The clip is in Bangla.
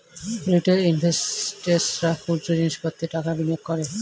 রিটেল ইনভেস্টর্সরা খুচরো জিনিস পত্রে টাকা বিনিয়োগ করে